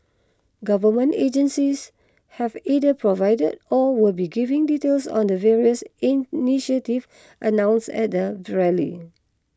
government agencies have either provided or will be giving details on the various initiatives announced at the rally